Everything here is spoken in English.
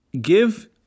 give